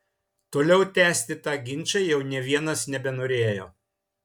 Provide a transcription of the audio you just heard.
toliau tęsti tą ginčą jau nė vienas nebenorėjo